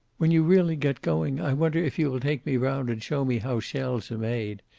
when you really get going, i wonder if you will take me round and show me how shells are made.